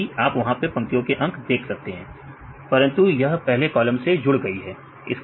विद्यार्थी हां हम पंक्तियों के अंक देख सकते हैं परंतु यह पहले कॉलम से जुड़ गई है